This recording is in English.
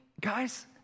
guys